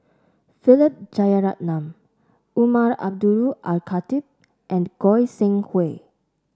Philip Jeyaretnam Umar Abdullah Al Khatib and Goi Seng Hui